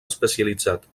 especialitzat